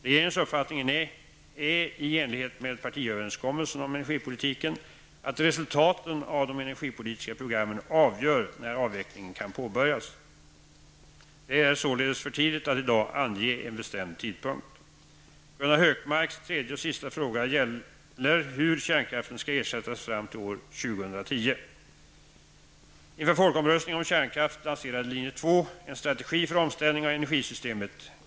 Regeringens uppfattning är — i enlighet med partiöverenskommelsen om energipolitiken — att resultaten av de energipolitiska programmen avgör när avvecklingen kan påbörjas. Det är således för tidigt att i dag ange en bestämd tidpunkt. Gunnar Hökmarks tredje och sista fråga gäller hur kärnkraften skall ersättas fram till år 2010. Inför folkomröstningen om kärnkraft lanserade linje 2 en strategi för omställningen av energisystemet.